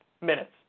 minutes